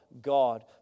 God